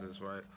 right